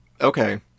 Okay